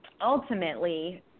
ultimately